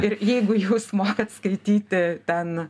ir jeigu jūs mokat skaityti ten